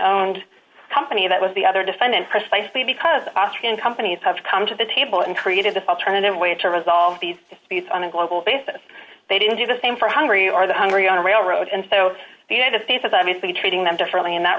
owned company that was the other defendant precisely because austrian companies have come to the table and created this alternative way to resolve these disputes on a global basis they didn't do the same for hungary or the hungary on a railroad and so the united states is obviously treating them differently in that